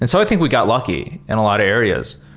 and so i think we got lucky in a lot of areas.